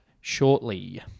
shortly